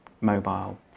mobile